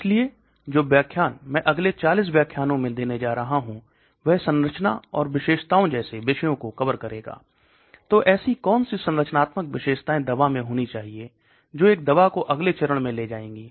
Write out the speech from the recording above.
इसलिए जो व्याख्यान मैं अगले 40 व्याख्यानों में देने जा रहा हूं वह संरचना और विशेषताओं जैसे विषयों को कवर करेगा तो ऐसी कौन सी संरचनात्मक विशेषताएं दवा में होनी चाहिए जो एक दवा को अगले चरण में ले जाएगी